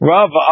Rav